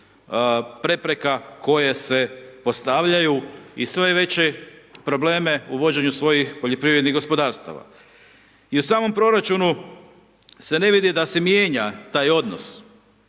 prepreka koje se postavljaju i sve veće probleme u vođenju svojih poljoprivrednih gospodarstava. I u samom proračunu se ne vidi da se mijenja taj odnos.